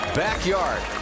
backyard